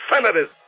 senators